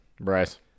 Bryce